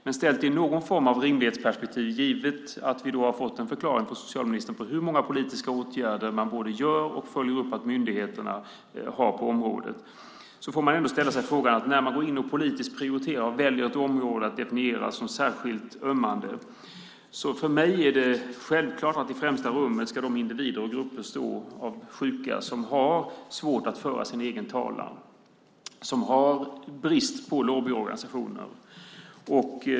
Men sett i någon form av rimlighetsperspektiv och givet att vi har fått en förklaring från socialministern om hur många politiska åtgärder man vidtar och följer upp att myndigheterna har på området får vi ändå ställa oss en fråga här. När man går in och politiskt prioriterar och väljer ett område att definiera som särskilt ömmande är det för mig självklart att i främsta rummet ska de individer och grupper av sjuka finnas som har svårt att själva föra sin talan och som lider brist på lobbyorganisationer.